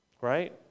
Right